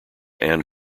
anne